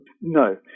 No